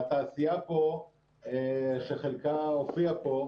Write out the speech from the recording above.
והתעשייה שחלקה הופיעה פה,